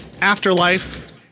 afterlife